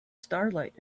starlight